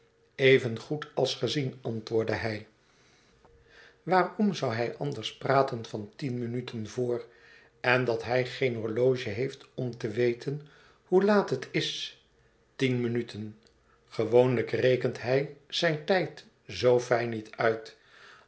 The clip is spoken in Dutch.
evengoed als gezien antwoordde hij waarom zou hij anders praten van tien minuten voor en dat hij geen horloge heeft om te weten hoe laat het is tien minuten i gewoonlijk rekent hij zijn tijd zoo fijn niet uit